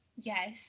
Yes